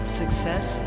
success